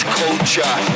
culture